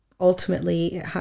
ultimately